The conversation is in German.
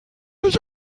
nicht